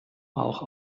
auch